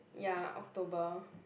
ya October